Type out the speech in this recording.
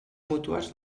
mútues